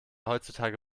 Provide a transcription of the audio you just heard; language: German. heutzutage